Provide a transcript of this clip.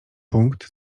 punkt